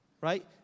Right